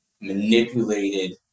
manipulated